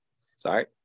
Sorry